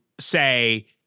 say